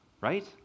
Right